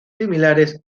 similares